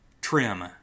trim